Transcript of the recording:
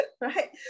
right